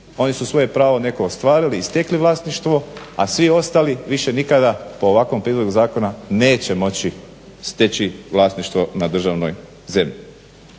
oni su svoje pravo neko ostvarili i stekli vlasništvo a svi ostali više nikada po ovakvom prijedlogu zakona neće moći steći vlasništvo na državnoj razini.